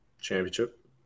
Championship